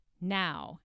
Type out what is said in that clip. now